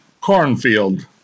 Cornfield